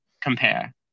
compare